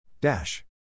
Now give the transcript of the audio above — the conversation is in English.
Dash